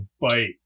bite